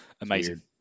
Amazing